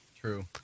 True